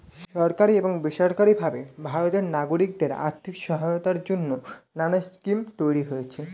সরকারি এবং বেসরকারি ভাবে ভারতের নাগরিকদের আর্থিক সহায়তার জন্যে নানা স্কিম তৈরি হয়েছে